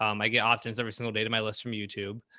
um i get opt-ins every single day to my list from youtube,